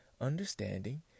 understanding